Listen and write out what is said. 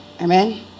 Amen